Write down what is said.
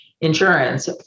insurance